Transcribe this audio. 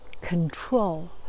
control